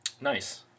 Nice